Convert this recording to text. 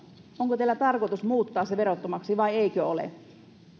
onko teillä tarkoituksena muuttaa se verottomaksi vai eikö ole